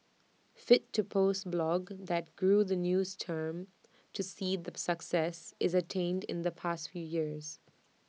fit to post blog that grew the news team to see the success IT attained in the past few years